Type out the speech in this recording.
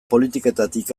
politiketatik